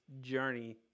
journey